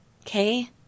Okay